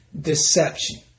Deception